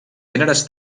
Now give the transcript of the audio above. gèneres